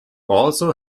also